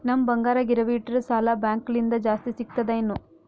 ನಮ್ ಬಂಗಾರ ಗಿರವಿ ಇಟ್ಟರ ಸಾಲ ಬ್ಯಾಂಕ ಲಿಂದ ಜಾಸ್ತಿ ಸಿಗ್ತದಾ ಏನ್?